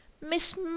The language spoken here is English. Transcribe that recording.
miss